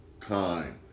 time